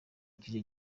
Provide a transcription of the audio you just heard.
kije